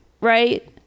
right